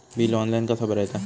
Bill online कसा भरायचा?